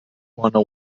bona